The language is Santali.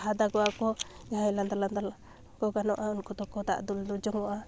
ᱵᱟᱦᱟ ᱫᱚᱜᱚᱜ ᱟᱠᱚ ᱡᱟᱦᱟᱸᱭ ᱞᱟᱸᱫᱟ ᱞᱟᱸᱫᱟᱠᱚ ᱜᱟᱱᱚᱜᱼᱟ ᱩᱱᱠᱚᱫᱚ ᱫᱟᱜ ᱫᱩᱞᱡᱚᱝᱚᱜᱼᱟ